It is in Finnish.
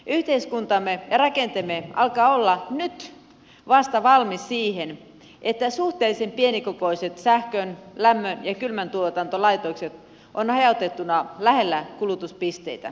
yhteiskuntamme ja rakenteemme alkaa olla nyt vasta valmis siihen että suhteellisen pienikokoiset sähkön lämmön ja kylmäntuotantolaitokset ovat hajautettuna lähellä kulutuspisteitä